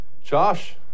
Josh